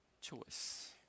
choice